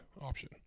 option